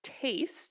taste